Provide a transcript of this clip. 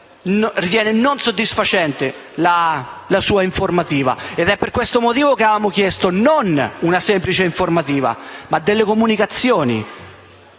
ritiene non soddisfacente la sua informativa. È per questo motivo che avevamo chiesto non una semplice informativa, ma delle comunicazioni.